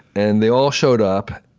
and they all showed up.